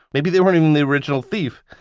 maybe they weren't even the original thief.